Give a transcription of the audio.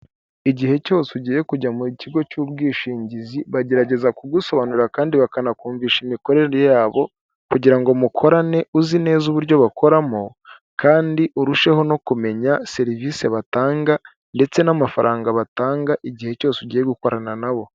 Igihe cyose ugiye kujya mu kigo cy'ubwishingizi bagerageza kugusobanurira kandi bakanakumvisha imikorere yabo, kugira ngo mukorane uzi neza uburyo bakoramo kandi urusheho no kumenya serivisi batanga ndetse n'amafaranga batanga igihe cyose ugiye gukorana nabo.